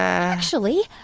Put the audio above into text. actually,